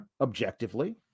objectively